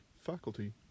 faculty